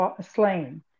slain